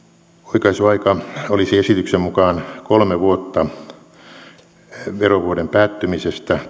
oikaisuaika olisi esityksen mukaan kolme vuotta verovuoden päättymisestä